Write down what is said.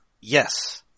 Yes